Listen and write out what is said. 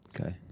Okay